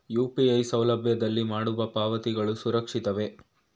UPI ಸೌಲಭ್ಯದಲ್ಲಿ ಮಾಡುವ ಪಾವತಿಗಳು ಸುರಕ್ಷಿತವೇ?